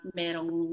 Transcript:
merong